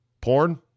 Porn